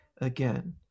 again